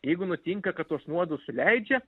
jeigu nutinka kad tuos nuodus suleidžia